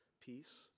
peace